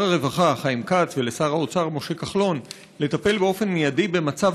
הרווחה חיים כץ ולשר האוצר משה כחלון לטפל באופן מיידי במצב